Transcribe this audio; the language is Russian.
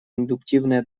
индуктивное